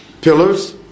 pillars